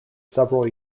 several